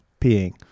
peeing